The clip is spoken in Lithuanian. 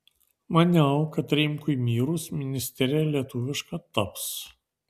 maniau kad rimkui mirus ministerija lietuviška taps